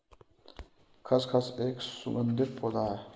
खसखस एक सुगंधित पौधा है